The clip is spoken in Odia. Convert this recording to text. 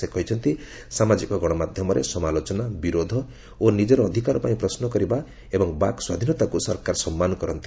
ସେ କହିଛନ୍ତି ସାମାଜିକ ଗଣମାଧ୍ୟମରେ ସମାଲୋଚନା ବିରୋଧ ଓ ନିଜର ଅଧିକାର ପାଇଁ ପ୍ରଶ୍ନ କରିବା ଏବଂ ବାକ୍ ସ୍ୱାଧୀନତାକୁ ସରକାର ସମ୍ମାନ କରନ୍ତି